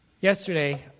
Yesterday